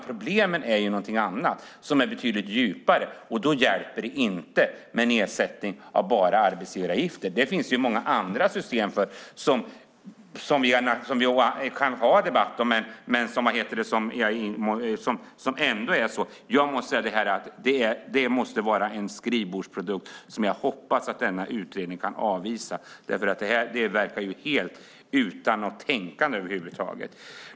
Problemet är någonting annat som ligger betydligt djupare, och då hjälper det inte att bara sänka arbetsgivaravgiften. Detta måste vara en skrivbordsprodukt som jag hoppas att denna utredning kan avvisa. Det verkar som om man inte har tänkt över huvud taget.